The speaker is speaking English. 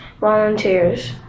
volunteers